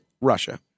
Russia